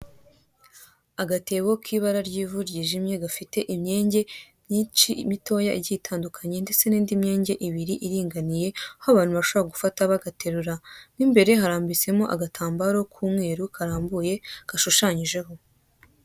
Agatebo k'ibara ry'ivu ryijimye, gafite imyenge myinshi mitoya igiye itandukanye, ndetse n'indi myemge ibiri iringaniye, aho abantu bashobora gufata bagaterura; mo imbere harambitsemo agatambaro k'umweru karambuye gashushanyijeho.